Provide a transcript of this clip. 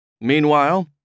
Meanwhile